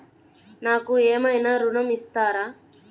నాకు ఏమైనా ఋణం ఇస్తారా?